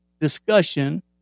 discussion